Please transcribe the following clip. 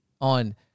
on –